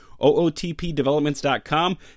ootpdevelopments.com